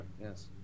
Yes